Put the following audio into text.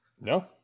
No